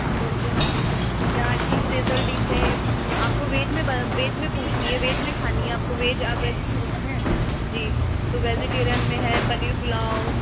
okay ma'am यहाँ की special dishes हे आपको वेज में वेज में पूछनी है वेज में खानी है आपको वेज आप वेजिटेरियन हैं जी तो वेजिटेरियन में है पनीर पुलाव